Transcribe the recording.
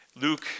Luke